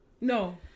No